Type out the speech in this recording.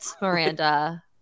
Miranda